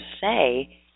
say